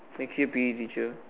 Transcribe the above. next year P_E teacher